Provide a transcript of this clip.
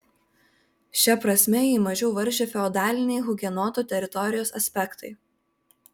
šia prasme jį mažiau varžė feodaliniai hugenotų teorijos aspektai